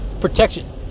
Protection